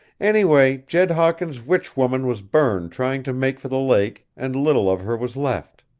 anyway, jed hawkins' witch-woman was burned trying to make for the lake, and little of her was left.